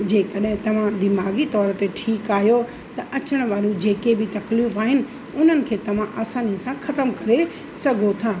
जेकॾहिं तव्हां दिमाग़ी तौर ते ठीकु आहियो त अचणु वारियूं जेके बि तक्लीफ़ूं आहिनि उन्हनि खे तव्हां असानी सां ख़तमु करे सघूं था